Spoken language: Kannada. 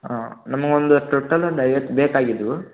ಹಾಂ ನಮ್ಗೆ ಒಂದು ಟೋಟಲ್ ಒಂದು ಐವತ್ತು ಬೇಕಾಗಿದ್ದವು